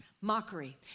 Mockery